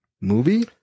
movie